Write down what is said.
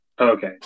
Okay